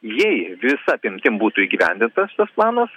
jei visa apimtim būtų įgyvendintas tas planas